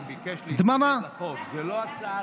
דממה.